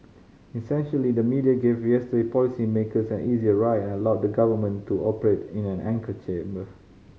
essentially the media gave yesterday policy makers an easier ride and allowed the government to operate in an echo chamber